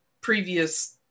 previous